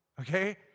Okay